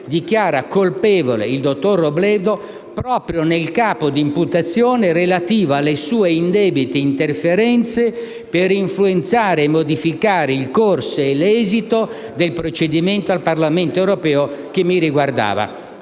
dichiara colpevole il dottor Robledo proprio nel capo d'incolpazione relativo alle sue indebite interferenze per influenzare e modificare il corso e l'esito del procedimento del Parlamento europeo che mi riguardava.